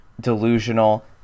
delusional